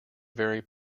very